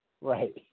Right